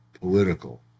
political